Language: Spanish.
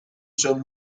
son